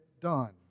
done